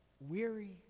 weary